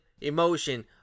emotion